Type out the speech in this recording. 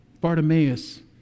Bartimaeus